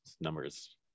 numbers